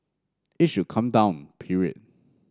it should come down period